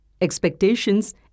expectations